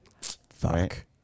Fuck